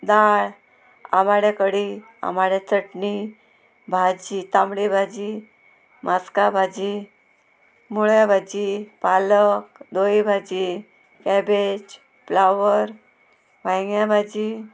दाळ आमाडे कडी आमाड्या चटणी भाजी तांबडी भाजी मास्का भाजी मुळ्या भाजी पालक दोय भाजी कॅबेज फ्लावर वायग्या भाजी